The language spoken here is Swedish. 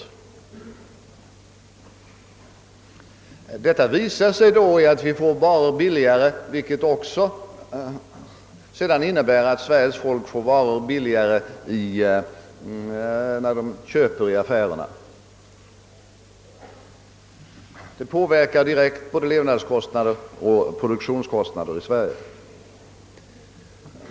Detta visar sig naturligtvis i att vi får importvaror billigare, vilket i sin tur innebär att de svenska medborgarna får vissa varor billigare när de köper i affärerna. Det påverkar direkt både levnadskostnader och produktionskostnader i Sverige.